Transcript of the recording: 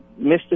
Mr